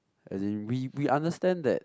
as in we we understand that